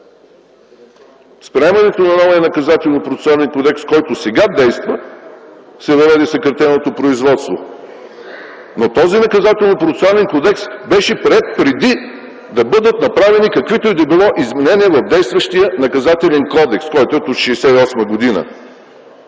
С приемането на новия Наказателно-процесуален кодекс, който сега действа, се въведе съкратеното производство, но този Наказателно-процесуален кодекс беше приет преди да бъдат направени каквито и да е било изменения в действащия Наказателен кодекс, който е от 1968 г.,